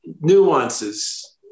nuances